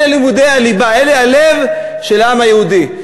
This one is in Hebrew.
אלה לימודי הליבה, אלה הלב של העם היהודי.